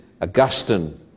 Augustine